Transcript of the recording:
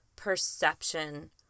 perception